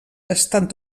estan